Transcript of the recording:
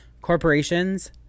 Corporations